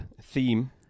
Theme